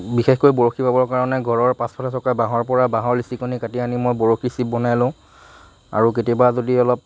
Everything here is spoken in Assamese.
বিশেষকৈ বৰশী বাবৰ কাৰণে ঘৰৰ পাছফালে থকা বাঁহৰ পৰা বাঁহৰ লেচেকনি কাটি আনি মই বৰশীৰ চিপ বনাই লওঁ আৰু কেতিয়াবা যদি অলপ